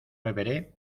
beberé